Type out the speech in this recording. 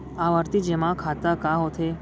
आवर्ती जेमा खाता का होथे?